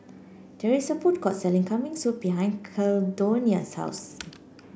there is a food court selling Kambing Soup behind Caldonia's house